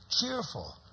cheerful